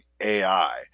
AI